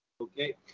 Okay